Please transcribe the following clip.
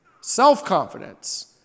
self-confidence